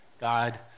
God